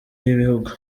y’ibihugu